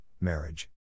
marriage